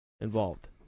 involved